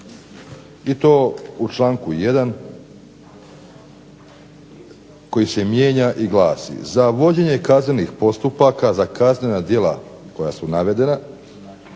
i to u članku 1. koji se mijenja i glasi: za vođenje kaznenih postupaka za kaznena djela koja su navedena,